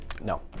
No